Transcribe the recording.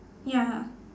ya